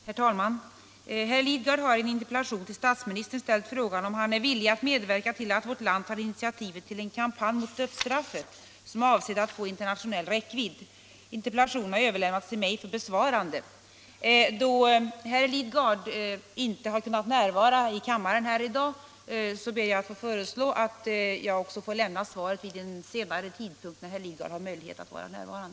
Herr talman! Herr Lidgard har i en interpellation till statsministern ställt frågan om han är villig att medverka till att vårt land tar initiativet till en kampanj mot dödsstraffet som är avsedd att få internationell räckvidd. Interpellationen har överlämnats till mig för besvarande. Eftersom herr Lidgard inte har kunnat närvara i kammaren i dag ber jag att få lämna svaret vid en senare tidpunkt, då herr Lidgard har möjlighet att vara närvarande.